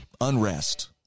unrest